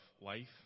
life